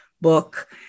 book